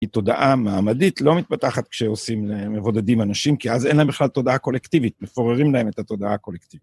היא תודעה מעמדית, לא מתפתחת כשעושים, מבודדים אנשים, כי אז אין להם בכלל תודעה קולקטיבית, מפוררים להם את התודעה הקולקטיבית.